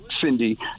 Cindy